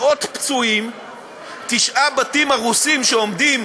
מאות פצועים, תשעה בתים הרוסים שעומדים